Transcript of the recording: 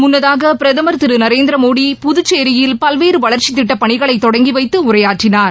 முன்னதாக பிரதமர் திரு நரேந்திர மோடி புதுச்சேரியில் பல்வேறு வளர்சித் திட்டப் பணிகளை தொடங்கி வைத்து உரையாற்றினார்